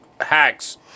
hacks